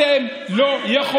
תגיד, אתה עושה צחוק?